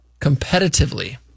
competitively